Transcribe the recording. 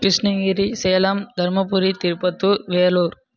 Krishnagiri Salem Dharmapuri Tirupattur Vellore